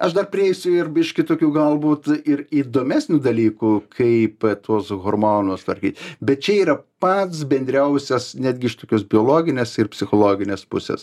aš dar prieisiu ir biškį tokių galbūt ir įdomesnių dalykų kaip tuos hormonus tvarkyti bet čia yra pats bendriausias netgi iš tokios biologinės ir psichologinės pusės